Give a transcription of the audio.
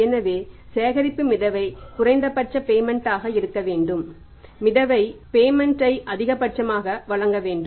எனவே சேகரிப்பு மிதவை குறைந்தபட்ச பேமெண்ட் ஐ அதிகபட்சமாக வழங்க வேண்டும்